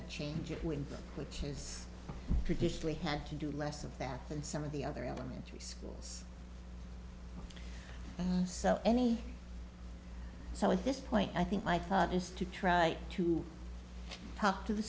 a change of wind which is traditionally had to do less of that than some of the other elementary schools so any so at this point i think my thought is to try to talk to the